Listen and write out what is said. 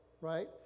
right